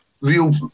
real